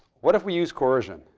what if we use coercion?